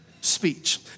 speech